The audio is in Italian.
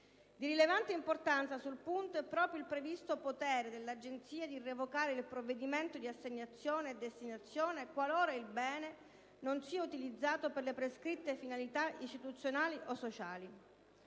Di rilevante importanza, sul punto, è proprio il previsto potere dell'Agenzia di revocare il provvedimento di assegnazione e destinazione, qualora il bene non sia utilizzato per le prescritte finalità istituzionali o sociali.